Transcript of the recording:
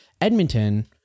Edmonton